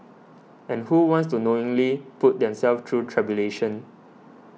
and who wants to knowingly put themselves through tribulation